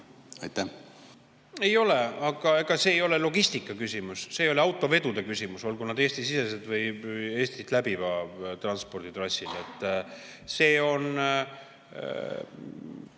arvab? Ei ole. Aga ega see ei ole logistikaküsimus, see ei ole autovedude küsimus, olgu need Eesti-sisese või Eestit läbiva transporditrassiga. See on